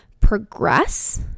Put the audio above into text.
progress